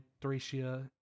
Thracia